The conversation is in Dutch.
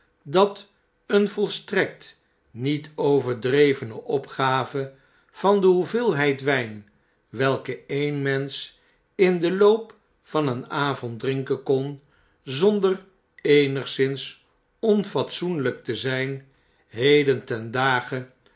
dat eene volstrekt niet overdrevene opgave van de hoeveelheid wp welke een mensch in den loop van een avond drinken kon zonder eenigszins onfatsoenlijk te zijn heden ten dage